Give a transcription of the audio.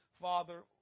Father